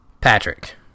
Patrick